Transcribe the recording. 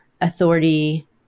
authority